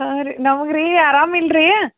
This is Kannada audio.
ಹಾಂ ರೀ ನಮಗೆ ರೀ ಆರಾಮ ಇಲ್ರಿ